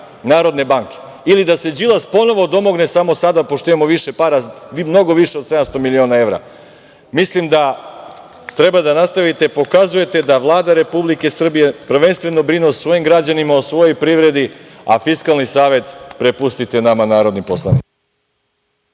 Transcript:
Narodne banke ili da se Đilas ponovo domogne samo sada, pošto imamo više para, mnogo više od 700 miliona evra. Mislim da treba da nastavite da pokazujete da Vlada Republike Srbije prvenstveno brine o svojim građanima, o svojoj privredi, a Fiskalni savet prepustite nama narodnim poslanicima.